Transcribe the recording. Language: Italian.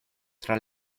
tra